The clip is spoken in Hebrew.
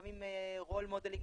גם עם רול מודלינג,